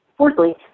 Fourthly